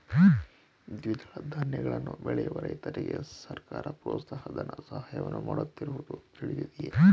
ದ್ವಿದಳ ಧಾನ್ಯಗಳನ್ನು ಬೆಳೆಯುವ ರೈತರಿಗೆ ಸರ್ಕಾರ ಪ್ರೋತ್ಸಾಹ ಧನದ ಸಹಾಯವನ್ನು ಮಾಡುತ್ತಿರುವುದು ತಿಳಿದಿದೆಯೇ?